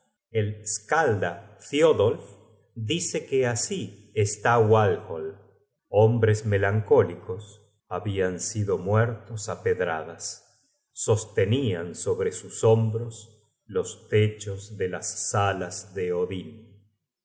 el skalda thiodolf dice que así está walhall hombres melancólicos sostenían sobre sus hombros los techos de las salas de odin